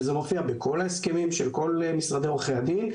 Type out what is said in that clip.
וזה מופיע בכל ההסכמים של כל משרדי עורכי הדין,